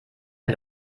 der